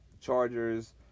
Chargers